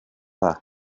dda